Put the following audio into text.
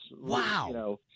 wow